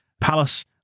Palace